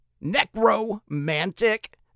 Necromantic